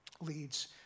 leads